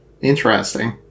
Interesting